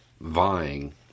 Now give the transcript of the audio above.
vying